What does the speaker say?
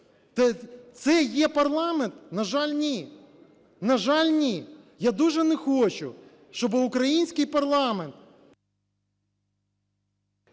На жаль, ні. На жаль, ні. Я дуже не хочу, щоб український парламент…